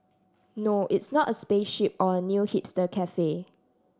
no it's not a spaceship or a new hipster cafe